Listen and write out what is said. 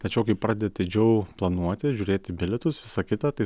tačiau kai pradedi atidžiau planuoti žiūrėti bilietus visa kita tai